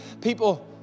people